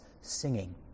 singing